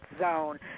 zone